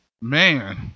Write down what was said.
Man